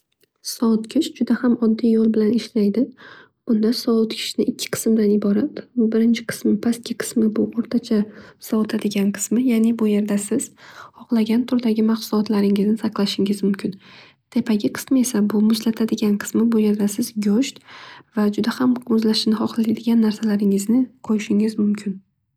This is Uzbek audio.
Sovutgich juda ham oddiy yo'l ilan ishlaydi. Bunda sovutgichni ikki qismdan iborat. Birinchi qismi bu o'rtacha sovutadigan qismi yani bu yerda iz hohlagan turdagi mahsulotlaringizni saqlashingiz mumkin. Tepagi qismi esa bu muzlatadigan qismi bu yerda siz go'sht va judaham muzlashni hohlaydigan narsalaringizni qo'yishingiz mumkin.